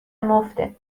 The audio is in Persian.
مفته